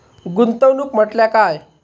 गुंतवणूक म्हटल्या काय?